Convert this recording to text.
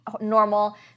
normal